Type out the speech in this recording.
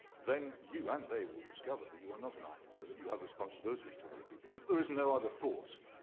then you and they will discover that you are no an and island, and that you have responsibilities to other people. and if there is no other force,